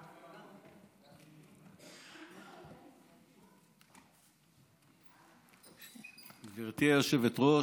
גברתי היושבת-ראש,